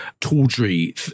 tawdry